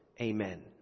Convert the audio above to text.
Amen